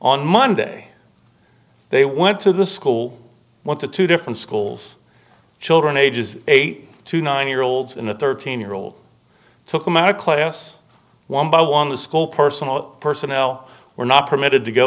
on monday they went to the school went to two different schools children ages eight to nine year olds in a thirteen year old took them out of class one by one the school personnel personnel were not permitted to go